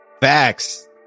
facts